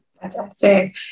Fantastic